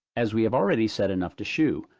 as we have already said enough to shew,